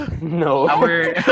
No